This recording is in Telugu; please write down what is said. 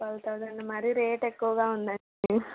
ట్వెల్వ్ థౌసండ్ ఆ మరీ రేట్ ఎక్కువగా ఉందండీ